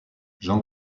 jean